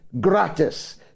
gratis